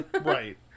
Right